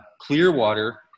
Clearwater